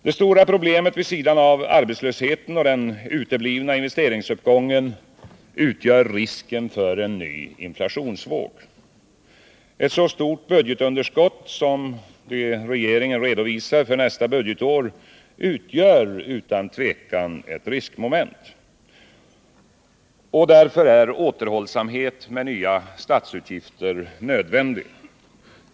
Det stora problemet vid sidan av arbetslösheten och den uteblivna investeringsuppgången utgör risken för en ny inflationsvåg. Ett så stort budgetunderskott som det regeringen redovisar för nästa budgetår utgör utan tvivel ett riskmoment. Därför är återhållsamhet med nya statsutgifter nödvändig.